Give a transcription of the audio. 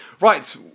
right